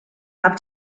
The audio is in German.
habt